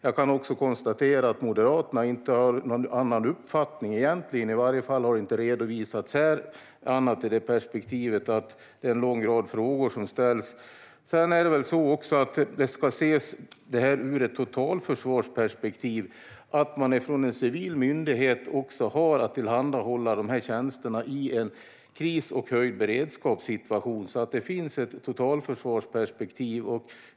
Jag kan också konstatera att Moderaterna egentligen inte har någon annan uppfattning - i varje fall har ingen sådan redovisats här, utan det är en lång rad frågor som har ställts. Det är väl också så att det ska ses ur ett totalförsvarsperspektiv att en civil myndighet också har att tillhandahålla dessa tjänster i en situation där kris och höjd beredskap råder. Det finns alltså ett totalförsvarsperspektiv.